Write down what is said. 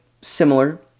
similar